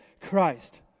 Christ